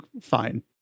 fine